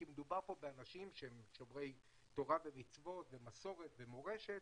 כי מדובר פה אנשים שהם שומרי תורה ומצוות ומסורת ומורשת,